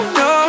no